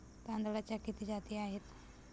तांदळाच्या किती जाती आहेत?